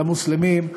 למוסלמים,